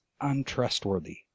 untrustworthy